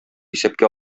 исәпкә